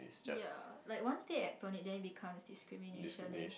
ya like one stay at the becomes a discrimination then